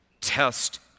Test